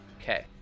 Okay